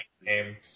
name